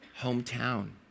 hometown